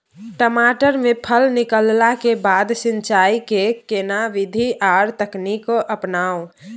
टमाटर में फल निकलला के बाद सिंचाई के केना विधी आर तकनीक अपनाऊ?